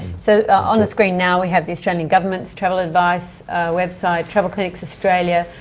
so on the screen now we have the australian government's travel advice website, travel clinics australia,